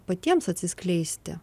patiems atsiskleisti